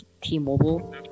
t-mobile